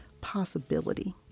possibility